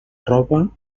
roba